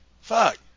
Fuck